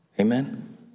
Amen